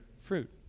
fruit